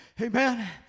Amen